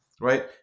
right